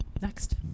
next